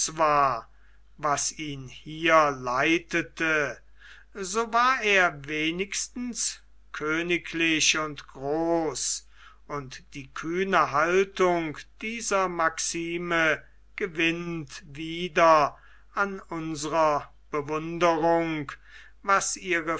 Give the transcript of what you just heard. war was ihn hier leitete so war er wenigstens königlich und groß und die kühne haltung dieser maxime gewinnt wieder an unsrer bewunderung was ihre